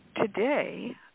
Today